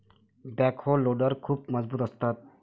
backhoe loader खूप मजबूत असतात